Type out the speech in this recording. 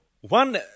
one